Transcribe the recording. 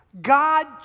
God